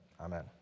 amen